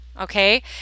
Okay